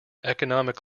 economic